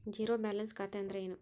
Zero balance ಖಾತೆ ಅಂದ್ರೆ ಏನು?